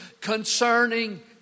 concerning